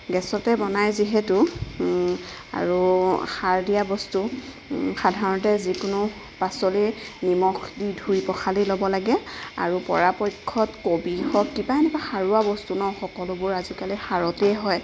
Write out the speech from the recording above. গেছতে বনায় যিহেতু আৰু সাৰ দিয়া বস্তু সাধাৰণতে যিকোনো পাচলি নিমখ দি ধুই পখালি ল'ব লাগে আৰু পৰাপক্ষত কবি হওক কিবা এনেকুৱা সাৰুৱা বস্তু ন সকলোবোৰ আজিকালি সাৰতেই হয়